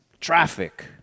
traffic